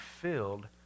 filled